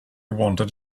wanted